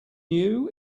new